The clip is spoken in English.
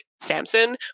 Samson